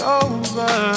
over